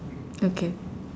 okay